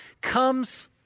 comes